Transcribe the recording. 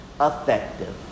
effective